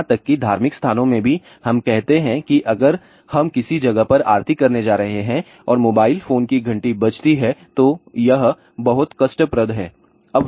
यहां तक कि धार्मिक स्थानों में भी हम कहते हैं कि अगर हम किसी जगह पर आरती करने जा रहे हैं और मोबाइल फोन की घंटी बजती हैं तो यह बहुत कष्टप्रद है